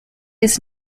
his